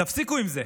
תפסיקו עם זה.